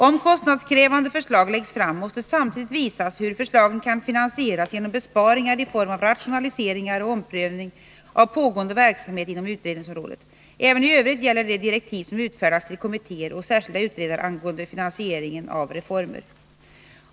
Om kostnadskrävande förslag läggs fram, måste samtidigt visas hur förslagen kan finansieras genom besparingar i form av rationaliseringar och omprövning av pågående verksamhet inom utredningsområdet. Även i övrigt gäller de direktiv som utfärdats till kommittéer och särskilda utredare angående finansiering av reformer .